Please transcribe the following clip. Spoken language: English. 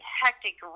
hectic